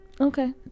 Okay